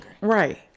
Right